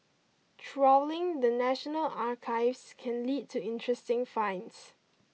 trawling the National Archives can lead to interesting finds